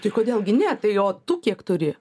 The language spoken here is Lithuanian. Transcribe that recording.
tai kodėl gi ne tai o tu kiek turi